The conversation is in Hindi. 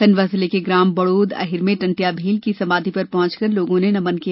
खंडवा जिले के ग्राम बड़ोद अहिर में टंट्या भील की समाधी पर पहुंचकर लोगों ने नमन किया